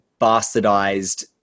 bastardized